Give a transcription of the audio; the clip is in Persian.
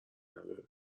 نداره